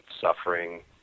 suffering